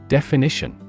Definition